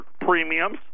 premiums